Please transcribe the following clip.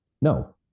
No